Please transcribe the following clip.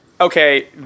okay